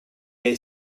est